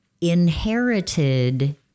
inherited